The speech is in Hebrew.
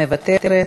מוותרת.